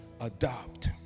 Adopt